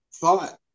thought